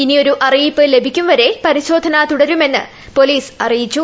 ഇനിയൊരു അറിയിപ്പ് ലഭിക്കുംവരെ പരിശോധന തുടരുമെന്ന് പോലീസ് അറിയിച്ചു